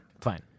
fine